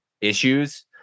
issues